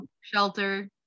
Shelter